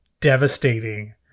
devastating